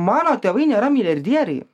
mano tėvai nėra milijardieriai